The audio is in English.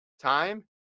time